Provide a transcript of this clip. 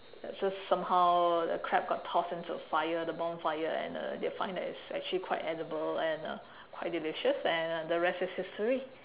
so somehow the crab got tossed into a fire the bonfire and uh they find that it's actually quite edible and uh quite delicious and the rest is history